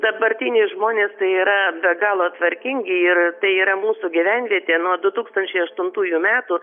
dabartiniai žmonės tai yra be galo tvarkingi ir tai yra mūsų gyvenvietė nuo du tūkstančiai aštuntųjų metų